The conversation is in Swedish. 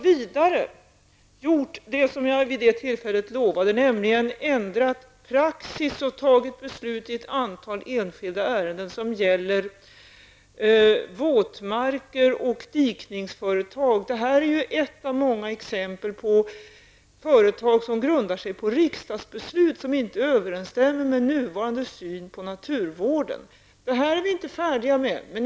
Vi har även ändrat praxis och tagit beslut i ett antal enskilda ärenden som gäller våtmarker och dikningsföretag, någonting som jag också lovade vid det tillfället. Detta är ju ett av många exempel på företag som grundar sig på riksdagsbeslut som inte överensstämmer med nuvarande syn på naturvården. Vi är inte färdiga med detta.